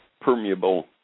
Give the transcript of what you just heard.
permeable